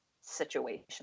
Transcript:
situation